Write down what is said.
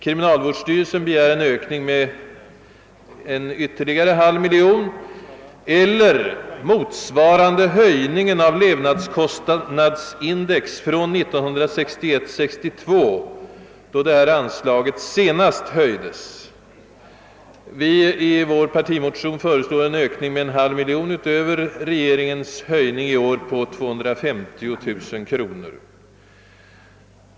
Kriminalvårdsstyrelsen begär en ökning med ytterligare 200 000 kronor eller motsvarande höjningen av levnadskostnadsindex från 1961/62 då detta anslag senast höjdes. I vår partimotion föreslås en ökning med 500 000 kronor utöver den av regeringen = föreslagna höjningen «med 250 000 kronor.